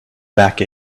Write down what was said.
back